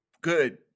good